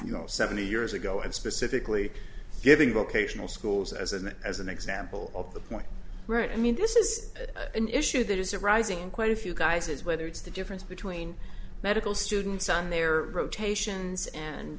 you know seventy years ago and specifically giving vocational schools as an as an example of the point right i mean this is an issue that is arising in quite a few guises whether it's the difference between medical students on their rotations and